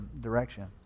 direction